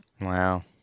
Wow